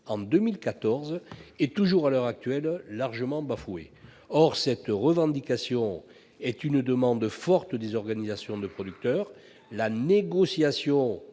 est toujours, à l'heure actuelle, largement bafoué. Or cette revendication est une demande forte des organisations de producteurs. La négociation